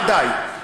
מה די?